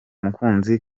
mukunzi